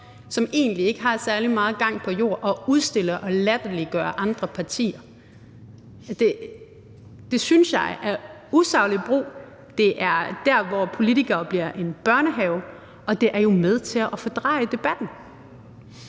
som egentlig ikke har særlig meget gang på jorden, og som udstiller og latterliggør andre partier. Det synes jeg er en usaglig brug. Det er der, hvor politikere bliver en børnehave, og det er jo med til at fordreje debatten.